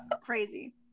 Crazy